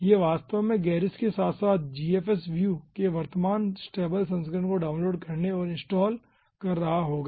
यह वास्तव में गेरिस के साथ साथ जीएफएसव्यू के वर्तमान स्टेबल संस्करण को डाउनलोड करने और इनस्टॉल कर रहा होगा